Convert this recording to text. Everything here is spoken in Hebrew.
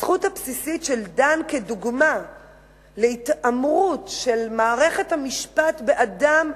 הזכות הבסיסית של דן כדוגמה להתעמרות של מערכת המשפט באדם,